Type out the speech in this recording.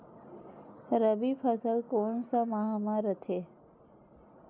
रबी फसल कोन सा माह म रथे?